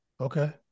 Okay